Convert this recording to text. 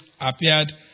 appeared